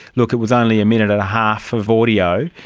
look, it was only a minute and a half of audio,